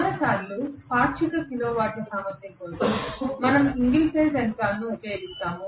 చాలా సార్లు పాక్షిక కిలో వాట్ల సామర్థ్యం కోసం మనము సింగిల్ ఫేజ్ యంత్రాలను ఉపయోగిస్తాము